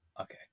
Okay